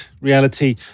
reality